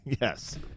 Yes